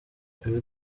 ibi